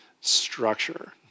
structure